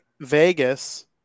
Vegas